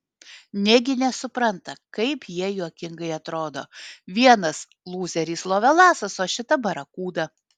negi nesupranta kaip jie juokingai atrodo vienas lūzeris lovelasas o šita barakuda